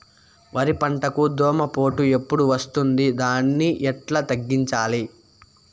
వరి పంటకు దోమపోటు ఎప్పుడు వస్తుంది దాన్ని ఎట్లా తగ్గించాలి?